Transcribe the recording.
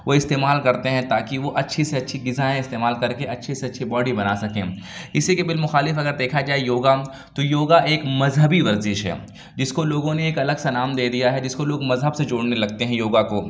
وہ استعمال کرتے ہیں تاکہ وہ اچھی سی اچھی غذائیں استعمال کر کے اچھے سے اچھی باڈی بنا سکیں اِسی کے بالمخالف اگر دیکھا جائے یوگا تو یوگا ایک مذہبی ورزش ہے جس کو لوگوں نے ایک الگ سا نام دے دیا ہے جس کو لوگ مذہب سے جوڑنے لگتے ہیں یوگا کو